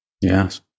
Yes